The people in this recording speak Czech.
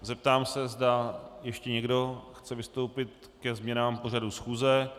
Zeptám se, zda ještě někdo chce vystoupit ke změnám pořadu schůze.